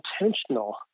intentional